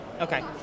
Okay